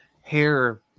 hair